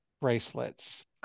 bracelets